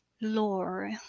lore